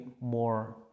more